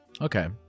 Okay